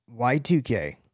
Y2K